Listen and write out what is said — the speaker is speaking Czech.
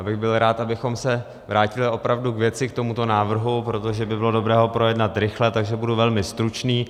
Já bych byl rád, abychom se vrátili opravdu k věci, k tomuto návrhu, protože by bylo dobré ho projednat rychle, takže budu velmi stručný.